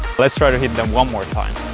let's try to hit them one more time!